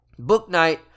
Booknight